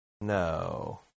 No